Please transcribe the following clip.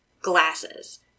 glasses